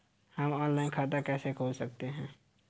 हम ऑनलाइन खाता कैसे खोल सकते हैं?